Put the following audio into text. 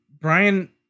Brian